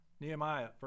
Nehemiah